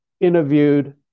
interviewed